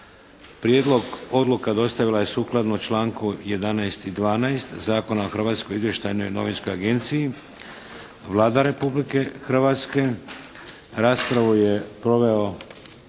Prijedlog odluka dostavila je sukladno članku 11. i 12. Zakona o Hrvatskoj izvještajnoj novinskoj agenciji Vlada Republike Hrvatske. Raspravu je proveo